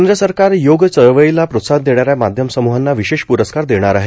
केंद्र सरकार योग चळवळीला प्रोत्साहन देणाऱ्या माध्यम सम्हांना विशेष प्रस्कार देणार आहे